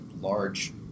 large